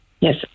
Yes